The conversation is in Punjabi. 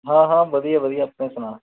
ਹਾਂ ਹਾਂ ਵਧੀਆ ਵਧੀਆ ਆਪਣੀ ਸੁਣਾ